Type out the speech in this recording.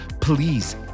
please